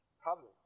problems